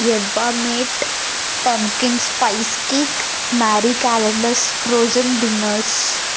yerba mate pumpkin spice cake marie calendars frozen dinners